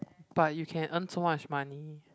but you can earn so much money